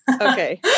Okay